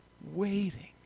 Waiting